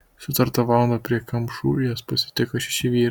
sutartą valandą prie kamšų jas pasitiko šeši vyrai